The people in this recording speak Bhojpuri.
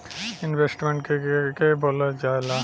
इन्वेस्टमेंट के के बोलल जा ला?